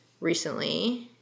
recently